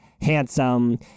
handsome